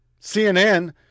CNN